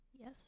Yes